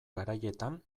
garaietan